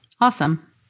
Awesome